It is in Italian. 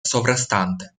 sovrastante